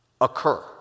occur